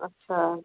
अच्छा